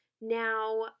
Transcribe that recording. Now